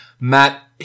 Matt